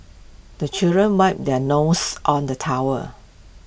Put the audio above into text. the children wipe their noses on the towel